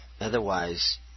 Otherwise